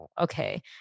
okay